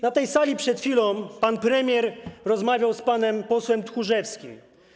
Na tej sali przed chwilą pan premier rozmawiał z panem posłem Tchórzewskim.